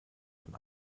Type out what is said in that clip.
von